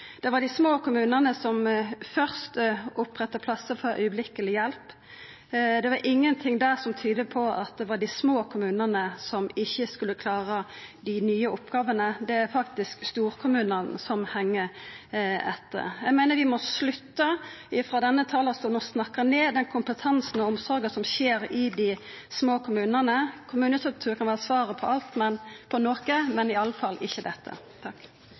Det var dei små kommunane som først oppretta plassar for akutt hjelp. Det var ingenting som tydde på at det var dei små kommunane som ikkje skulle klara dei nye oppgåvene – det er faktisk storkommunane som heng etter. Eg meiner vi frå denne talarstolen må slutta å snakka ned den kompetansen og den omsorga som er i dei små kommunane. Kommunestruktur kan vera svaret på noko, men iallfall ikkje på dette.